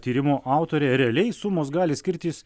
tyrimo autorė realiai sumos gali skirtis